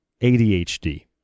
ADHD